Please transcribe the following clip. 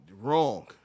Wrong